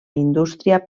indústria